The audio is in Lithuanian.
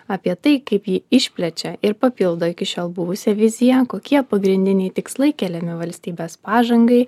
apie tai kaip ji išplečia ir papildo iki šiol buvusią viziją kokie pagrindiniai tikslai keliami valstybės pažangai